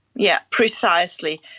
yeah precisely.